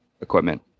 equipment